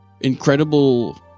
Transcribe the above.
incredible